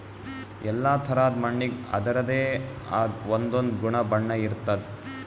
ಎಲ್ಲಾ ಥರಾದ್ ಮಣ್ಣಿಗ್ ಅದರದೇ ಆದ್ ಒಂದೊಂದ್ ಗುಣ ಬಣ್ಣ ಇರ್ತದ್